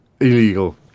Illegal